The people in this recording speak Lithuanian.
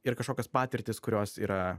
ir kažkokios patirtys kurios yra